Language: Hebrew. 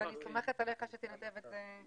ואני סומכת עליך שתנתב את זה טוב.